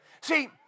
See